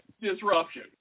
Disruption